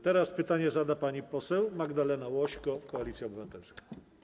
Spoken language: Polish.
Teraz pytanie zada pani poseł Magdalena Łośko, Koalicja Obywatelska.